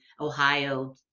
Ohio